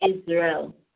Israel